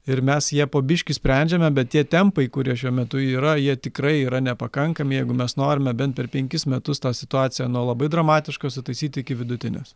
ir mes ją po biškį sprendžiame bet tie tempai kurie šiuo metu yra jie tikrai yra nepakankami jeigu mes norime bent per penkis metus tą situaciją nuo labai dramatiškos sutaisyt iki vidutinės